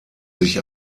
sich